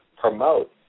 promote